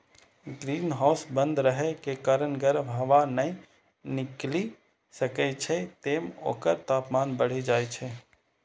greenhouse बंद रहै के कारण गर्म हवा नै निकलि सकै छै, तें ओकर तापमान बढ़ि जाइ छै